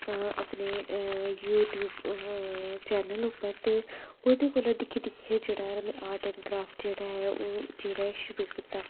अपने YouTube channel उप्पर ते ओह्दे कोला दिक्खियै दिक्खियै जेह्ड़ा ऐ आर्ट एण्ड क्राफट जेह्ड़ा ऐ ओह् जेह्ड़ा ऐ शुरु कित्ता